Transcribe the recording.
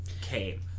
came